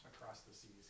across-the-seas